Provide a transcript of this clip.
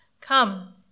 come